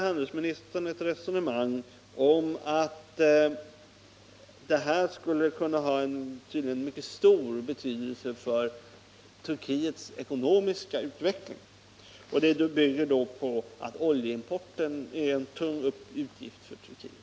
Handelsministern för ett resonemang om att kärnkraftsexporten skulle kunna ha en mycket stor betydelse för Turkiets ekonomiska utveckling. Det resonemanget bygger på att oljeimporten är en tung utgift för Turkiet.